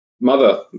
mother